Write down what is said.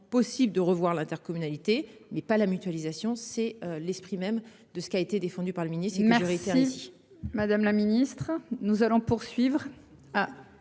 possible de revoir l'intercommunalité mais pas la mutualisation c'est l'esprit même de ce qui a été défendu par le ministre une majorité. Madame la Ministre, nous allons poursuivre.